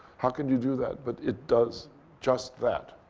how can you do that? but it does just that.